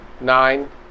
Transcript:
nine